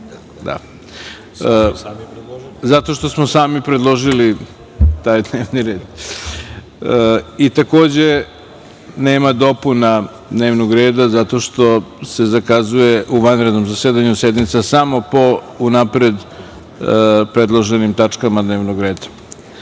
zato što smo sami predložili taj dnevni red. Takođe, nema dopuna dnevnog reda zato što se zakazuje u vanrednom zasedanju sednica, samo po unapred predloženim tačkama dnevnog